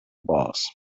boss